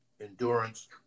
endurance